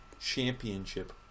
championship